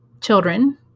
children